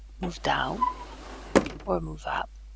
move down or move up